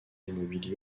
immobiliers